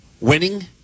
winning